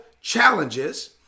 challenges